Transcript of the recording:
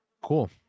Cool